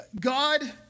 God